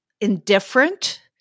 indifferent